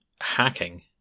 Hacking